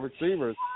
receivers